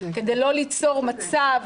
כדי לא ליצור מצב.